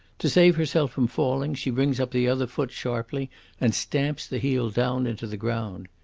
to save herself from falling she brings up the other foot sharply and stamps the heel down into the ground.